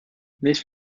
this